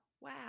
wow